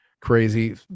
crazy